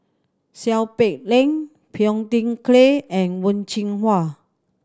Seow Peck Leng Phua Thin Kiay and Wen Jinhua